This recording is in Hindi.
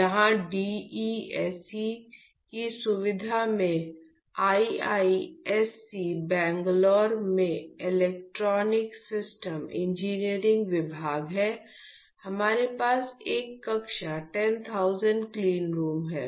यहाँ DESE की सुविधा में IISC बैंगलोर में इलेक्ट्रॉनिक सिस्टम इंजीनियरिंग विभाग है हमारे पास एक कक्षा 10000 क्लीनरूम है